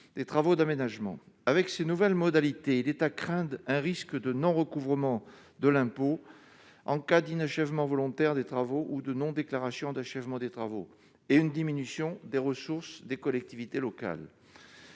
des travaux d'aménagement avec ces nouvelles modalités d'État crainte un risque de non-recouvrement de l'impôt en cas d'inachèvement volontaire des travaux ou de non-déclaration d'achèvement des travaux et une diminution des ressources des collectivités locales,